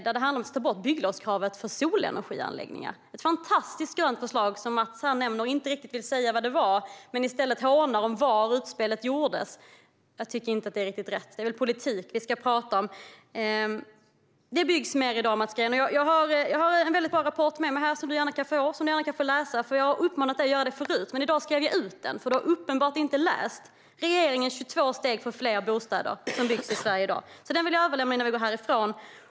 Det handlar om att ta bort bygglovskravet för solenergianläggningar. Men i stället för att säga vad det var för förslag raljerade Mats om var presentationen gjordes. Det är inte rätt; det är väl politik vi ska tala om. Det byggs mer i dag, Mats Green. Jag har med mig en bra rapport som du kan få läsa. Jag har uppmanat dig förut att göra det, men i dag skrev jag ut den eftersom du uppenbart inte läst om regeringens 22 steg för fler bostäder i Sverige i dag. Låt mig överlämna den innan vi går härifrån.